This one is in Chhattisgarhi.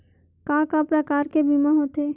का का प्रकार के बीमा होथे?